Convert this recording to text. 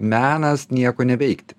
menas nieko neveikti